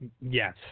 Yes